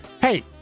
Hey